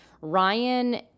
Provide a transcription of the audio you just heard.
ryan